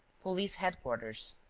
police headquarters.